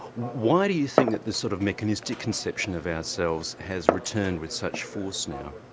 why do you think that this sort of mechanistic conception of ourselves has returned with such force now?